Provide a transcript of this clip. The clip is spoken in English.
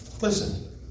Listen